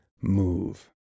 move